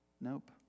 Nope